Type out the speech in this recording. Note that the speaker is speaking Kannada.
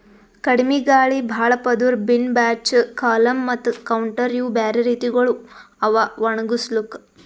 ಕಡಿಮಿ ಗಾಳಿ, ಭಾಳ ಪದುರ್, ಬಿನ್ ಬ್ಯಾಚ್, ಕಾಲಮ್ ಮತ್ತ ಕೌಂಟರ್ ಇವು ಬ್ಯಾರೆ ರೀತಿಗೊಳ್ ಅವಾ ಒಣುಗುಸ್ಲುಕ್